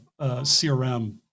CRM